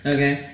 Okay